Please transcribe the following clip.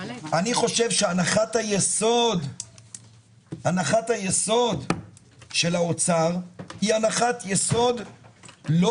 אני חושב שהנחת היסוד של האוצר היא הנחת יסוד לא